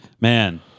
man